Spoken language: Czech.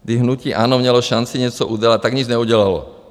kdy hnutí ANO mělo šanci něco udělat, tak nic neudělalo.